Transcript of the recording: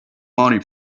money